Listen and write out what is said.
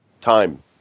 Time